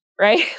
Right